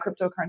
cryptocurrency